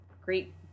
great